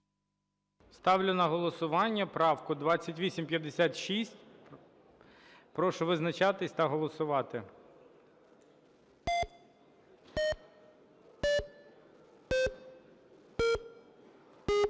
Ставлю на голосування 2858. Прошу визначатись та голосувати.